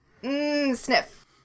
Sniff